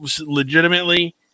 legitimately